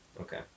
Okay